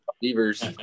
Beavers